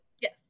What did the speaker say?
Yes